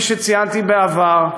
שפי שציינתי בעבר,